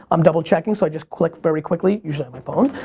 i'm double-checking so i just click very quickly, usually on my phone.